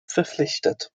verpflichtet